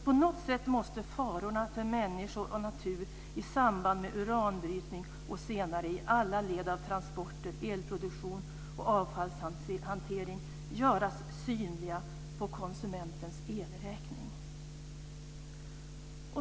På något sätt måste farorna för människor och natur i samband med uranbrytning och senare i alla led av transporter, elproduktion och avfallshantering göras synliga på konsumentens elräkning.